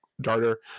darter